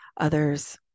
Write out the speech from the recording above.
others